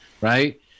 Right